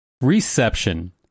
Reception